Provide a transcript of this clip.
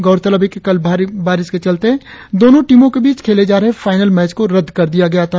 गौरतलब है कि कल भारी बारिश के चलते दोनों टीमों के बीच खेले जा रहे फाईनल मैच को रद्द कर दिया गया था